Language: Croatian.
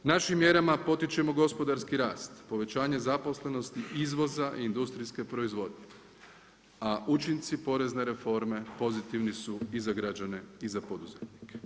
Našim mjerama potičemo gospodarski rast, povećanje zaposlenosti, izvoza i industrijske proizvodnje, a učinci porezne reforme, pozitivni su i za građane i za poduzetnike.